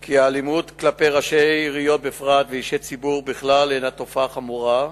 כי האלימות כלפי ראשי עיריות בפרט ואישי ציבור בכלל הינה תופעה חמורה,